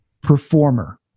performer